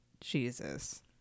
Jesus